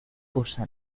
cosa